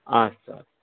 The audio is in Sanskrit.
अस्तु अस्तु